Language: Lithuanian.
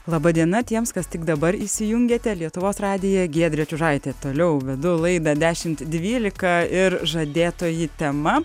laba diena tiems kas tik dabar įsijungėte lietuvos radiją giedrė čiužaitė toliau vedu laidą dešimt dvylika ir žadėtoji tema